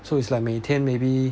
so it's like 每天 maybe